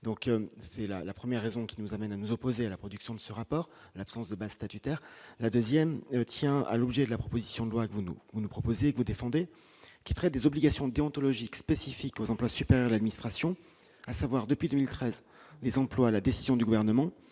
donc c'est la la première raison qui nous amène à nous opposer à la production de ce rapport, l'absence de bas statutaire, la 2ème tient à l'objet de la proposition de loi que vous nous vous nous proposez vous défendez des obligations déontologiques spécifiques aux emplois supérieurs la ministre à Sion, à savoir depuis 2013, des employes à la décision du gouvernement